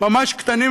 ממש קטנים,